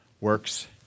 Works